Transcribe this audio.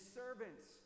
servants